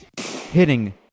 hitting